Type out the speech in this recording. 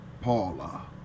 Paula